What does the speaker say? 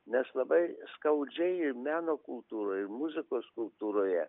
nes labai skaudžiai meno kultūroje muzikos kultūroje